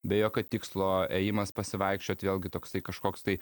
be jokio tikslo ėjimas pasivaikščiot vėlgi toksai kažkoks tai